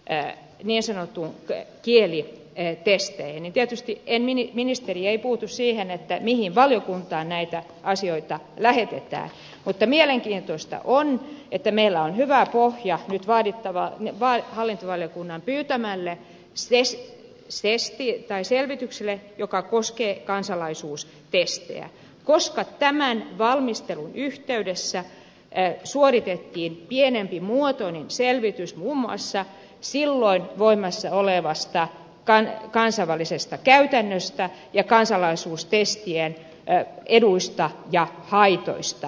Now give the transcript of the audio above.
erään mies erottuu ja tähän niin sanottuun kielitestiin niin ministeriö ei puutu siihen mihin valiokuntaan näitä asioita lähetetään mutta mielenkiintoista on että meillä on hyvä pohja nyt hallintovaliokunnan pyytämälle selvitykselle joka koskee kansalaisuustestejä koska tämän valmistelun yhteydessä suoritettiin pienempimuotoinen selvitys muun muassa silloin voimassa olevasta kansainvälisestä käytännöstä ja kansalaisuustestien eduista ja haitoista